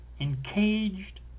encaged